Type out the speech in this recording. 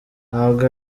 ntabwo